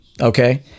Okay